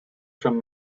from